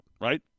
right